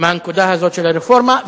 מהנקודה הזאת של הרפורמה,